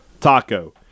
Taco